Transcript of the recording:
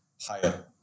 higher